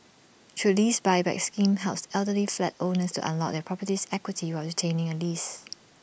true lease Buyback scheme helps elderly flat owners to unlock their property's equity while retaining A lease